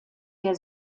der